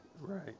Right